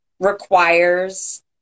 requires